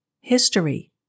History